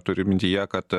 turiu mintyje kad